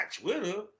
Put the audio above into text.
Twitter